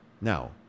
Now